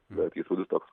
bet įspūdis toks